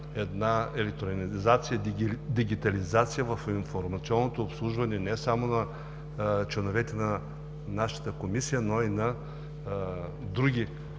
една електронизация, дигитализация в информационното обслужване не само на членовете на нашата Комисия, но и на други